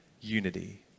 unity